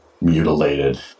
mutilated